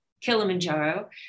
Kilimanjaro